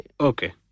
Okay